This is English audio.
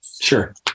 Sure